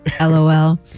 LOL